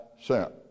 sent